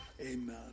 Amen